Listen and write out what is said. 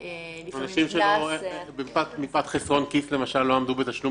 אנשים שמפאת חיסרון כיס לא עמדו בתשלום